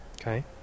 Okay